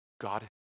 God